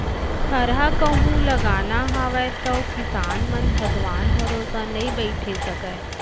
थरहा कहूं लगाना हावय तौ किसान मन भगवान भरोसा नइ बइठे सकयँ